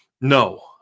No